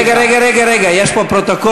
רגע, רגע, רגע, יש פה פרוטוקול.